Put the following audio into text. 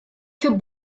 für